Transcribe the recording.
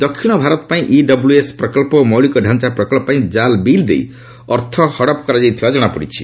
ଦକ୍ଷିଣ ଭାରତ ପାଇଁ ଇଡବ୍ଲ୍ୟଏସ୍ ପ୍ରକଳ୍ପ ଓ ମୌଳିକ ଢାଞ୍ଚା ପ୍ରକଳ୍ପ ପାଇଁ ଜାଲ୍ ବିଲ୍ ଦେଇ ଅର୍ଥ ହଡପ କରାଯାଇଥିବାର ଜଣାପଡ଼ିଛି